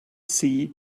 sea